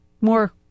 more